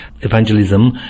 evangelism